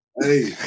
Hey